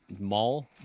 mall